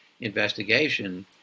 investigation